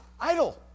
Idle